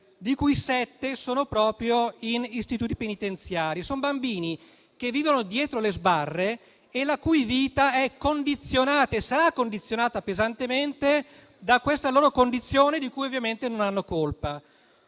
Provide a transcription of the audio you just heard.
di cui sette proprio in istituti penitenziari. Sono bambini che vivono dietro le sbarre e la cui vita è condizionata e sarà condizionata pesantemente da questa loro situazione, di cui ovviamente non hanno colpa.